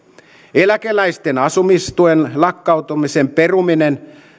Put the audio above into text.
eläkeläisten asumistuen lakkauttamisen peruminen